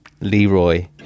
Leroy